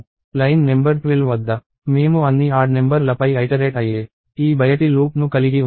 line number 12 వద్ద మేము అన్ని ఆడ్ నెంబర్ లపై ఐటరేట్ అయ్యే ఈ బయటి లూప్ను కలిగి ఉన్నాము